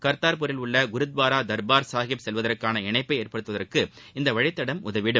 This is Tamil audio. கா்தா்பூரில் உள்ள குருத்வாரா தா்பாா் சாஹிப் செல்வதற்கான இணைப்பை ஏற்படுத்துவதற்கு இந்த வழித்தடம் உதவிடும்